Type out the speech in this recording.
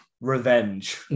revenge